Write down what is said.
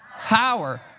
power